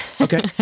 Okay